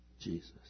Jesus